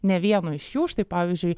ne vienu iš jų štai pavyzdžiui